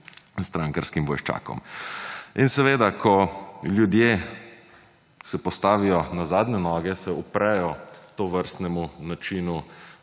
strankarskim vojščakom. In seveda, ko se ljudje postavijo na zadnje noge, se uprejo tovrstnemu načinu